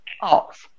off